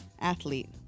Athlete